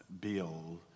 bill